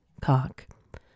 cock